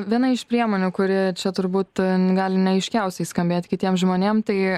viena iš priemonių kuri čia turbūt gali neaiškiausiai skambėt kitiem žmonėm tai